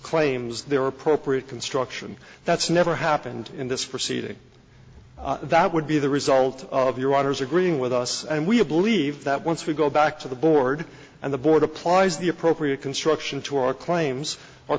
claims there are appropriate construction that's never happened in this proceeding that would be the result of your waters agreeing with us and we believe that once we go back to the board and the board applies the appropriate construction to our claims